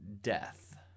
death